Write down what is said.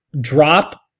drop